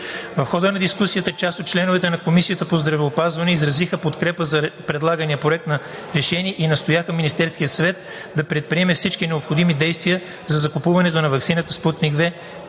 В хода на дискусията част от членовете на Комисията по здравеопазването изразиха подкрепа за предлагания проект на решение и настояха Министерският съвет да предприеме всички необходими действия за закупуването на ваксината „Спутник V“